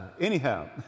anyhow